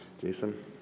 Jason